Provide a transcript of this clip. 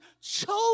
chosen